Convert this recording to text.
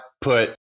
put